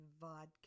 vodka